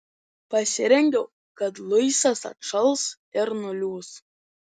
pasirengiau kad luisas atšals ir nuliūs